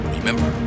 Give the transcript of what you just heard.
Remember